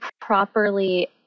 properly